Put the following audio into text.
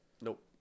Nope